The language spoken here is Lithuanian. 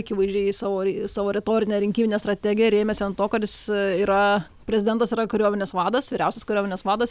akivaizdžiai savo savo retorinę rinkiminę strategiją rėmėsi ant to kad jis yra prezidentas yra kariuomenės vadas vyriausias kariuomenės vadas